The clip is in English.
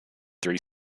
three